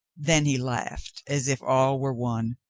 then he laughed as if all were won.